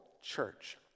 church